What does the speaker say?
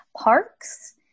Parks